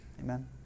Amen